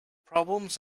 problems